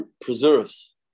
preserves